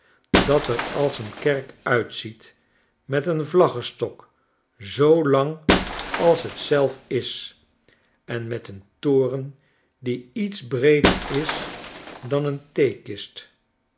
dat er als een kerk uitziet met een vlaggestok zoo lang als het zelf is en met een toren die iets breeder is dan een